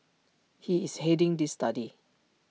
he is heading this study